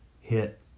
hit